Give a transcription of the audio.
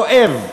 כואב,